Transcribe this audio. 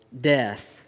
death